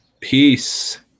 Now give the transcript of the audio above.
peace